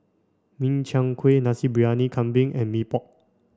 Min Chiang Kueh Nasi Briyani Kambing and Mee Pok